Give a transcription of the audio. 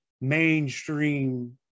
mainstream